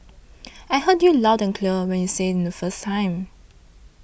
I heard you loud and clear when you said it the first time